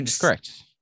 correct